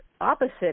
opposite